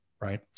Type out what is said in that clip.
right